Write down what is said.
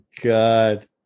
god